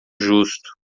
justo